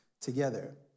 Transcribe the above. together